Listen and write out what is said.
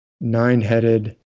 nine-headed